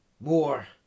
More